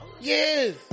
Yes